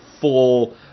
full